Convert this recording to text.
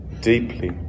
deeply